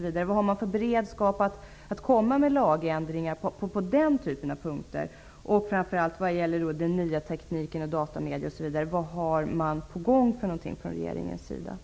Vilken beredskap har man att göra lagändringar på sådana punkter? Och framför allt: Vad har regeringen på gång när det gäller den nya tekniken, datamediet osv.?